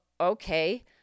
okay